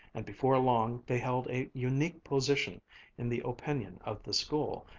and before long they held a unique position in the opinion of the school,